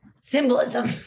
Symbolism